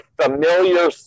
familiar